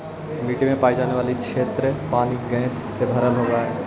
मिट्टी में पाई जाने वाली क्षेत्र पानी और गैस से भरल होवअ हई